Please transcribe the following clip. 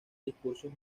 discursos